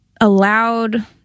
allowed